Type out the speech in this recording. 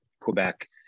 Quebec